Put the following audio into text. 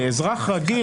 ואזרח רגיל,